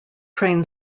train